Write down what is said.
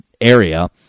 area